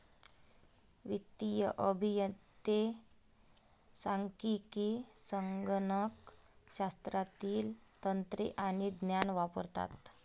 वित्तीय अभियंते सांख्यिकी, संगणक शास्त्रातील तंत्रे आणि ज्ञान वापरतात